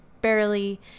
barely